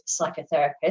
psychotherapist